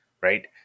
Right